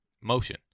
Motion